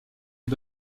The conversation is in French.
est